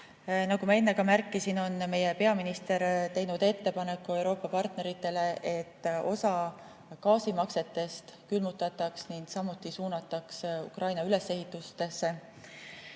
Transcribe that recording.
Nagu ma enne ka märkisin, on meie peaminister teinud ettepaneku Euroopa partneritele, et osa gaasimaksetest külmutataks ning suunataks samuti Ukraina ülesehitusse.